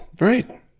right